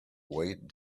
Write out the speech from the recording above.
weighted